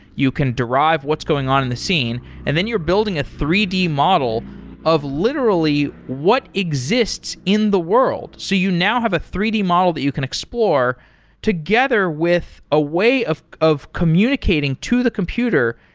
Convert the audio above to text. you can derive what's going on in the scene and then you're building a three d model of literally what exists in the world. so you now have a three d model that you can explore together with a way of of communicating to the computer,